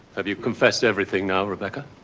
have you confessed everything now, rebecca?